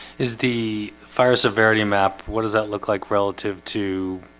is the fire severity map. what does that look like relative to?